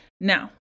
Now